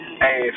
Hey